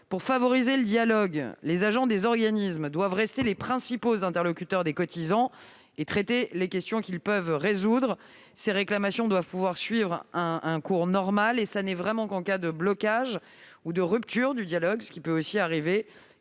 pour favoriser le dialogue : les agents des organismes doivent rester les principaux interlocuteurs des cotisants et traiter les questions qu'ils peuvent résoudre. Ces réclamations doivent pouvoir suivre un cours normal. Ce n'est vraiment qu'en cas de blocage ou de rupture du dialogue, ce qui peut aussi arriver,